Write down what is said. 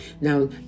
Now